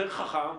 יותר חכם,